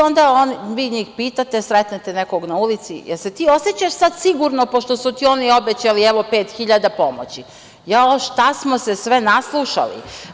Onda vi njih pitate, sretnete nekoga na ulici: „Da li se ti osećaš sada sigurno pošto su ti oni obećali, evo, 5.000 pomoći?“ Jao, šta smo se sve naslušali.